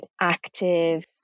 active